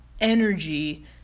energy